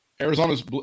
arizona's